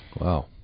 Wow